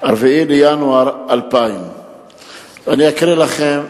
בינואר 2000. אני אקרא לכם,